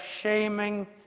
shaming